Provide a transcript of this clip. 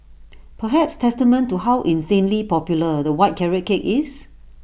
perhaps testament to how insanely popular the white carrot cake is